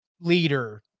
leader